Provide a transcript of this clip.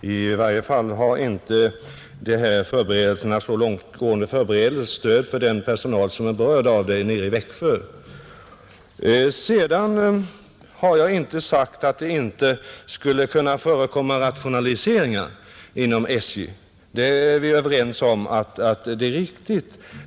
Herr talman! I varje fall har inte dessa så långt gående förberedelser stöd från den personal som är berörd av dem nere i Växjö. Vidare har jag inte sagt att det inte skulle förekomma rationaliseringar inom SJ. Vi är överens om att sådana är riktiga.